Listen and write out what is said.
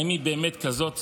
האם היא באמת כזאת ספונטנית?